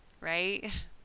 right